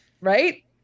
Right